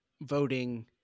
voting